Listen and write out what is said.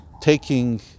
taking